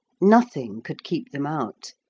nothing could keep them out,